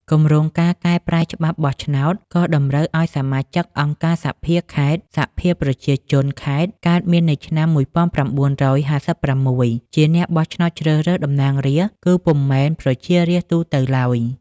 គម្រោងការកែប្រែច្បាប់បោះឆ្នោត ក៏តម្រូវឱ្យសមាជិកអង្គការសភាខេត្ត សភាប្រជាជនខេត្ត កើតមាននៅឆ្នាំ ១៩៥៦ ជាអ្នកបោះឆ្នោតជ្រើសរើសតំណាងរាស្ត្រ គឺពុំមែនប្រជារាស្ត្រទូទៅឡើយ។